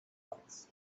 parts